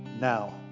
now